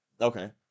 Okay